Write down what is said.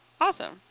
Awesome